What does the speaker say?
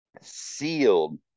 sealed